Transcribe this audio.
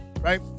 right